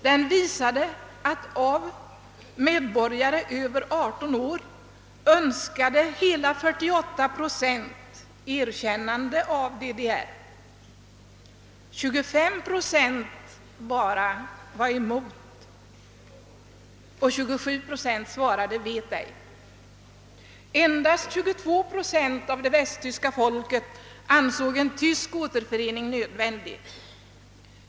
Denna visade att av personer över 18 år önskade hela 48 procent ett erkännande av DDR, endast 25 procent var emot ett erkännande och 27 procent svarade: »Vet ej». Endast 22 procent av det västtyska folket ansåg en tysk återförening vara nödvändig.